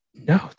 no